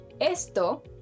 ¿Esto